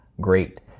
great